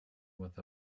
with